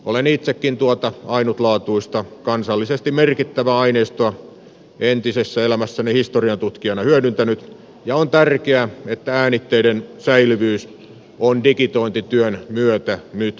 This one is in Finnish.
olen itsekin tuota ainutlaatuista kansallisesti merkittävää aineistoa entisessä elämässäni historiantutkijana hyödyntänyt ja on tärkeää että äänitteiden säilyvyys on digitointityön myötä nyt turvattu